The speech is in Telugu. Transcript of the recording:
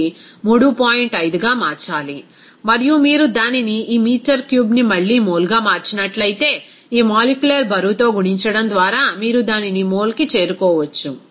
5గా మార్చాలి మరియు మీరు దానిని ఈ మీటర్ క్యూబ్ని మళ్లీ మోల్గా మార్చినట్లయితే ఈ మాలిక్యులర్ బరువుతో గుణించడం ద్వారా మీరు దానిని మోల్కి చేరుకోవచ్చు